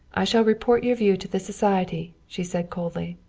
i shall report your view to the society, she said coldly.